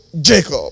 Jacob